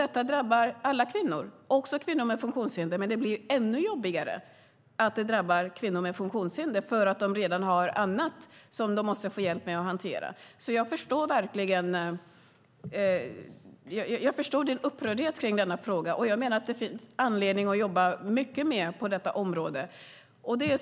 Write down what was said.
Detta drabbar alla kvinnor, också kvinnor med funktionshinder, och det blir ännu jobbigare att det drabbar dem eftersom de redan har annat som de måste få hjälp med att hantera. Jag förstår din upprördhet kring denna fråga, och jag menar att det finns anledning att jobba mycket mer på detta område.